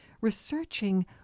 researching